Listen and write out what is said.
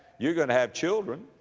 you're going to have children.